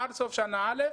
עד סוף שנה א',